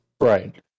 Right